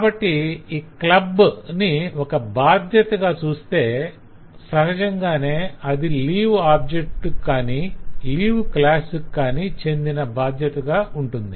కాబట్టి 'club' ని ఒక బాధ్యతగా చూస్తే సహజంగానే అది లీవ్ ఆబ్జెక్ట్స్ కు గాని లీవ్ క్లాసుకు గాని చెందిన బాధ్యతగా ఉంటుంది